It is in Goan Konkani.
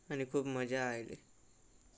आनी खूब मजा आयली